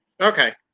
Okay